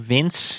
Vince